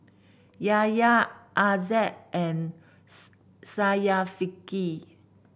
Yahya Aizat and Syafiqah